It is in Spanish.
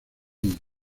isla